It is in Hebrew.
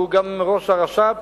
שהוא גם ראש הרש"פ,